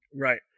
Right